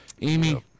Amy